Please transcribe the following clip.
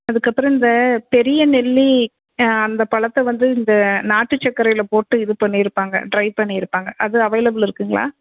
அதுக்கப்புறோ இந்த பெரிய நெல்லி அந்த பழத்தை வந்து இந்த நாட்டுச்சக்கரையில் போட்டு இது பண்ணியிருப்பாங்க ட்ரை பண்ணியிருப்பாங்க அது அவைலபில் இருக்குங்களா